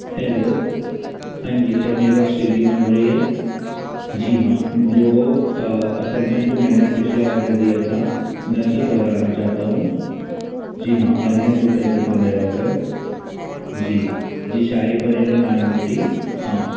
hello हां जी क्या मेरी बात स्वीगी में हो रही है जी हाँ जो असल में जो मैंने पिछला ऑर्डर दिया था मैं उसे दोहराना चाहता हूँ जी हाँ अरिहंत होटल से था मेरा ऑर्डर जी जी शाही पनीर और नान रोटी हाँ